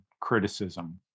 criticism